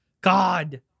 God